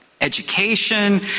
education